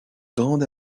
grande